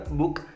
book